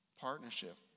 partnership